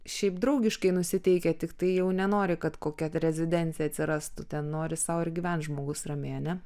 šiaip draugiškai nusiteikę tiktai jau nenori kad kokia rezidencija atsirastų ten nori sau ir gyvent žmogus ramiai ar ne